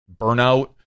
burnout